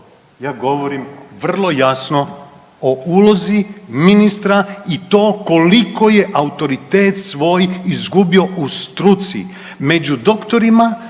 ja govorim vrlo jasno o ulozi ministra i to koliko je autoritet svoj izgubio u struci, među doktorima,